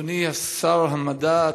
אדוני שר המדע,